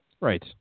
Right